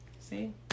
See